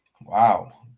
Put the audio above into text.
Wow